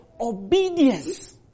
Obedience